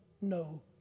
no